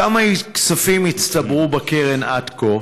1. כמה כספים הצטברו בקרן עד כה?